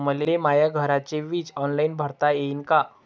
मले माया घरचे विज बिल ऑनलाईन भरता येईन का?